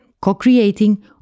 co-creating